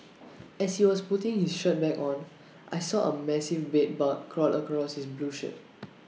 as he was putting his shirt back on I saw A massive bed bug crawl across his blue shirt